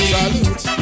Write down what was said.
Salute